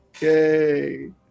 Yay